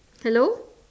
hello